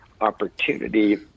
opportunity